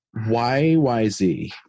yyz